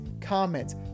comments